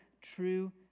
true